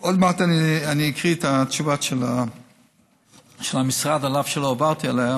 עוד מעט אני אקריא את התשובה של המשרד על אף שלא עברתי עליה,